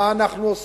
מה אנחנו עושים?